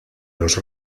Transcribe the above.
los